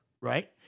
Right